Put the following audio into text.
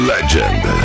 Legend